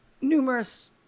numerous